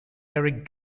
eric